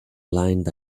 lined